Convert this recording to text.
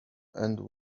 and